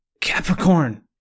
Capricorn